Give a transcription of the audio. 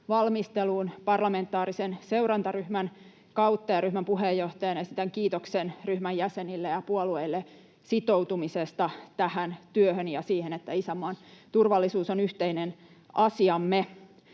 valmisteluun parlamentaarisen seurantaryhmän kautta, ja ryhmän puheenjohtajana esitän ryhmän jäsenille ja puolueille kiitoksen sitoutumisesta tähän työhön ja siihen, että isänmaan turvallisuus on yhteinen asiamme.